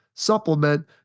supplement